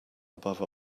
above